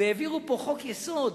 והעבירו אותו חוק-יסוד,